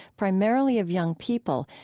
primarily of young people,